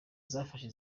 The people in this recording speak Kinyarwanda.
zafashwe